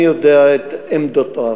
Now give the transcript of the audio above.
ואני יודע את עמדותיו.